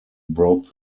broke